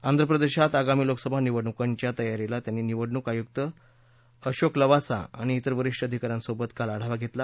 आंध्र प्रदेशात आगामी लोकसभा निवडणुकांच्या तयारीचा त्यांनी निवडणूक आयुक्त अशोक लवासा आणि तिर वरिष्ठ अधिकाऱ्यांसोबत काल आढावा घेतला